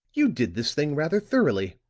you did this thing rather thoroughly.